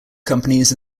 companies